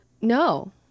No